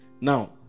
now